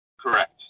Correct